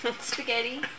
Spaghetti